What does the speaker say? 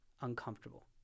uncomfortable